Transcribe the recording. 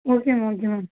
okay ma'am okay ma'am